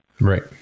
Right